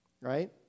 Right